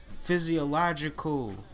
physiological